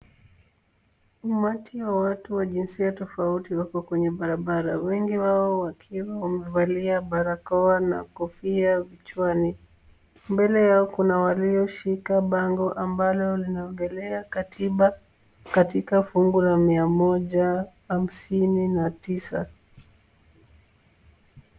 Umati wa watu wa jinsia tofauti wako kwenye barabara wengi wao wakiwa wamevalia barakoa na kofia vichwani. Mbele yao kuna walioshika bango ambalo linaongelea katiba katika fungu la mia moja hamsini na tisa.